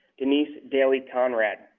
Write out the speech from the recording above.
denise daly konrad.